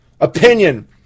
Opinion